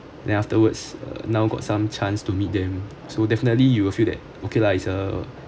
then afterwards err now got some chance to meet them so definitely you will feel that okay lah is a